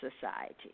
society